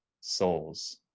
souls